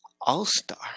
all-star